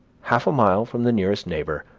half a mile from the nearest neighbor,